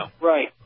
Right